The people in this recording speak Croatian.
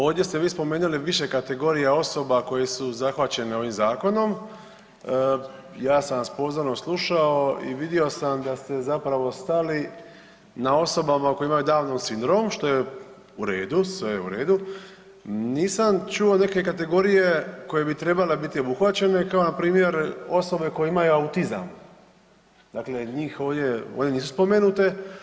Ovdje ste vi spomenuli više osoba koje su zahvaćene ovim zakonom, ja sam vas pozorno slušao i vidio sam da ste zapravo stali na osobama koje imaju Downov sindrom što je u redu, sve je u redu, nisam čuo neke kategorije koje bi trebale biti obuhvaćene kao npr. osobe koje imaju autizam, dakle njih ovdje nisu spomenute.